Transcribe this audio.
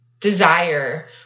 desire